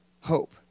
hope